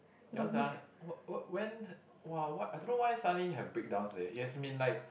ya sia what what when the !wah! what I don't know why suddenly have breakdowns leh it has been like